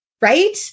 right